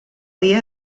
dia